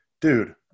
Dude